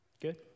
Good